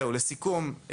לסיכום,